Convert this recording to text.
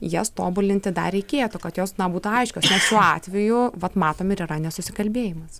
jas tobulinti dar reikėtų kad jos na būtų aiškios šiuo atveju vat matom ir yra nesusikalbėjimas